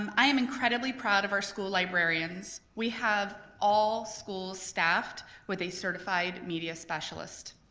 um i am incredibly proud of our school librarians, we have all schools staffed with a certified media specialist.